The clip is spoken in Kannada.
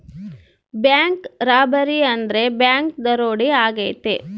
ಬ್ಯಾಂಕ್ ರಾಬರಿ ಅಂದ್ರೆ ಬ್ಯಾಂಕ್ ದರೋಡೆ ಆಗೈತೆ